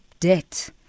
Debt